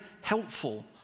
helpful